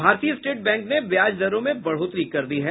भारतीय state bank ने ब्याज दरों में बढोतरी कर दी है